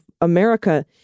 America